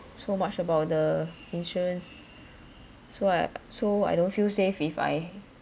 so much about the insurance so I so I don't feel safe if I